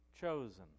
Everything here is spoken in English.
chosen